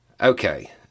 Okay